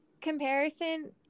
comparison